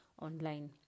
Online